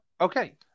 Okay